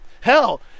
Hell